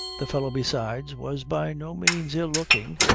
the fellow besides, was by no means ill-looking,